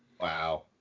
wow